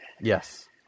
Yes